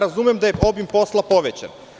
Razumem da je obim posla povećan.